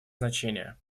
значение